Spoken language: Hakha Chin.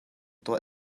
tuah